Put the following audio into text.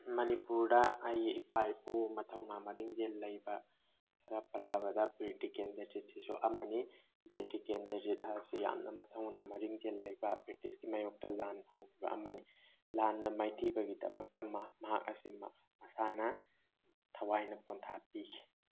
ꯃꯅꯤꯄꯨꯔꯗ ꯑꯩꯒꯤ ꯏꯄꯥ ꯏꯄꯨ ꯃꯊꯧꯅꯥ ꯃꯔꯤꯡꯖꯦꯜ ꯂꯩꯕ ꯈꯔ ꯄꯜꯂꯕꯗ ꯕꯤꯔ ꯇꯤꯀꯦꯟꯗ꯭ꯔꯖꯤꯠꯁꯤꯁꯨ ꯑꯃꯅꯤ ꯕꯤꯔ ꯇꯤꯀꯦꯟꯗ꯭ꯔꯖꯤꯠ ꯍꯥꯏꯕꯁꯤ ꯌꯥꯝꯅ ꯃꯊꯧꯅꯥ ꯃꯔꯤꯡꯖꯦꯟ ꯂꯩꯕ ꯕ꯭ꯔꯤꯇꯤꯁꯀꯤ ꯃꯥꯌꯣꯛꯇ ꯂꯥꯟ ꯍꯧꯒꯤꯕ ꯑꯃꯅꯤ ꯂꯥꯟꯗ ꯃꯥꯏꯊꯤꯕꯒꯤꯗꯃꯛꯇ ꯃꯍꯥꯛ ꯑꯁꯤ ꯃꯁꯥꯅ ꯊꯋꯥꯏꯅ ꯄꯣꯟꯊꯥ ꯄꯤꯈꯤ